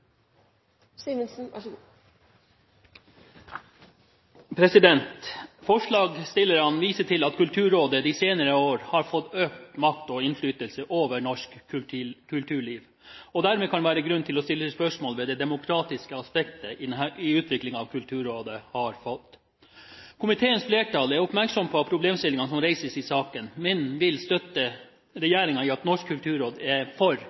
Forslagsstillerne viser til at Kulturrådet de senere år har fått økt makt og innflytelse over norsk kulturliv, og at det dermed kan være grunn til å stille spørsmål ved det demokratiske aspektet i den utviklingen Kulturrådet har hatt. Komiteens flertall er oppmerksom på problemstillingene som reises i saken, men vil støtte regjeringen i at Norsk kulturråd er for